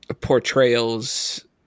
portrayals